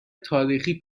تاریخی